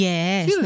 Yes